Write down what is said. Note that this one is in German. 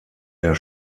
der